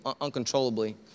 uncontrollably